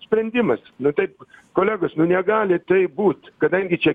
sprendimas nu taip kolegos negali taip būt kadangi čia